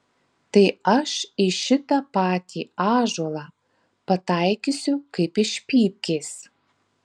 tai aš į šitą patį ąžuolą pataikysiu kaip iš pypkės